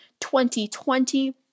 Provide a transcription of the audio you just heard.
2020